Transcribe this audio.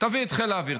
תביא את חיל האוויר,